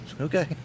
Okay